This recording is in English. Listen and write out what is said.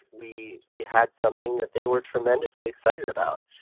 we we had something that they were tremendously excited about.